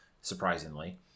surprisingly